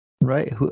Right